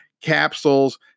capsules